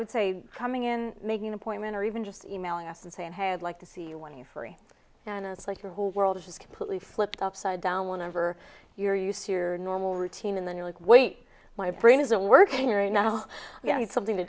would say coming in making an appointment or even just e mailing us and saying hey i'd like to see you when you're free and it's like your whole world has completely flipped upside down whenever you're used to your normal routine and then you like wait my brain isn't working right now yeah it's something to